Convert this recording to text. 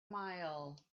mile